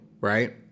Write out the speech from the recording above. Right